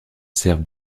servent